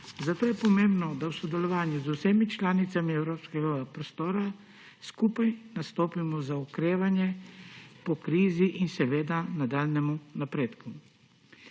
Zato je pomembno, da v sodelovanju z vsemi članicami evropskega prostora skupaj nastopimo za okrevanje po krizi in seveda nadaljnji napredek.